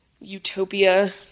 utopia